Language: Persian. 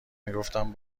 میگفتم